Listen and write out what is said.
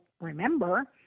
remember